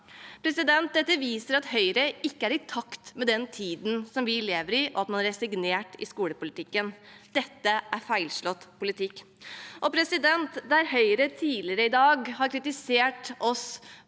har i dag. Dette viser at Høyre ikke er i takt med den tiden vi lever i, og at man har resignert i skolepolitikken. Dette er feilslått politikk. Høyre har tidligere i dag kritisert oss